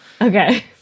Okay